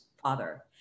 father